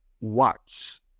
watch